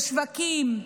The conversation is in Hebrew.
בשווקים,